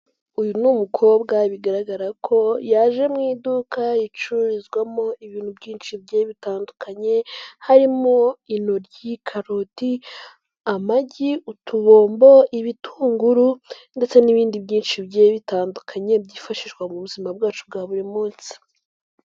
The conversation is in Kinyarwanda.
Uyu ni umukobwa bigaragara ko yaje mu iduka ricururizwamo ibintu byinshi bigiye bitandukanye harimo: intoryi, karoti, amagi, utubombo, ibitunguru ndetse n'ibindi byinshi bigiye bitandukanye byifashishwa mu buzima bwacu bwa buri munsi.